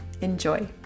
Enjoy